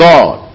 God